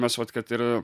mes vat kad ir